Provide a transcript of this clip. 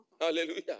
Hallelujah